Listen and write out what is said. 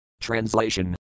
Translation